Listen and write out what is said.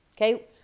okay